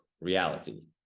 reality